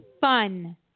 Fun